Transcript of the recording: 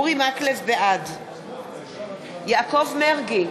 בעד יעקב מרגי,